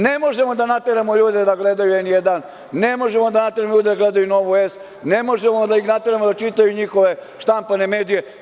Ne možemo da nateramo ljude da gledaju N1, ne možemo da nateramo ljude da gledaju Novu S, ne možemo da ih nateramo da čitaju njihove štampane medije.